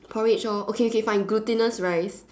porridge orh okay okay fine glutinous rice